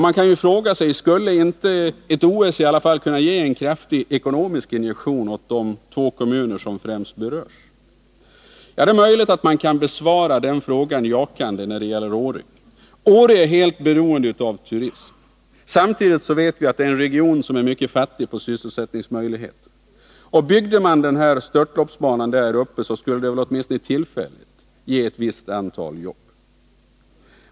Man kan ju fråga sig: Skulle inte OS i alla fall kunna ge en kraftig ekonomisk injektion åt de två kommuner som främst berörs? Det är möjligt att man kan besvara den frågan jakande när det gäller Åre. Åre är helt beroende av turism. Samtidigt vet vi att det är en region som är mycket fattig på sysselsättningsmöjligheter. Byggde man en störtloppsbana där, skulle det väl åtminstone tillfälligt ge ett visst antal jobb.